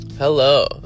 Hello